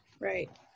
Right